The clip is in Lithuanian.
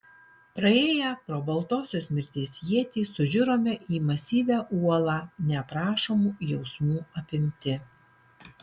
praėję pro baltosios mirties ietį sužiurome į masyvią uolą neaprašomų jausmų apimti